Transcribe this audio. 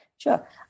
Sure